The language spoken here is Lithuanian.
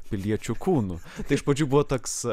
piliečių kūnų tai iš pradžių buvo toks